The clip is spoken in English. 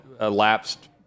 elapsed